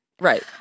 Right